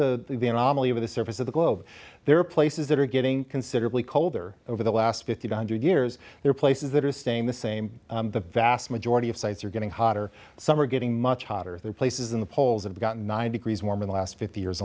is the anomaly of the surface of the globe there are places that are getting incidentally colder over the last fifty one hundred years there are places that are staying the same the vast majority of sites are getting hotter some are getting much hotter their places in the poles have got nine degrees warmer in the last fifty years